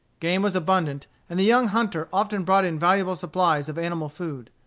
game was abundant, and the young hunter often brought in valuable supplies of animal food.